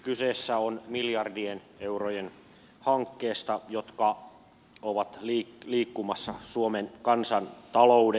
kyse on miljardien eurojen jotka ovat liikkumassa suomen kansantaloudessa hankkeesta